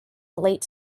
late